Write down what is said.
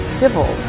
civil